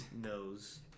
knows